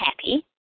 happy